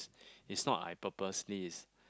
it's not I purposely is